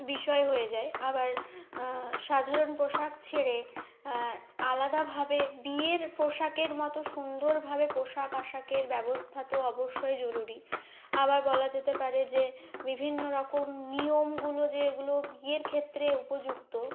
বিষয় হয়ে যায় আবার সাধারণ পোশাক ছেড়ে আলাদাভাবে বিয়ের পোশাকের মতো সুন্দরভাবে পোশাক আশাকের ব্যবস্থা তো অবশ্যই জরুরি আবার বলা যেতে পারে যে বিভিন্ন রকম নিয়মগুলো যেগুলো বিয়ের ক্ষেত্রে উপযুক্ত